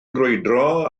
grwydro